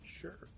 Sure